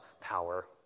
power